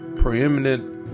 preeminent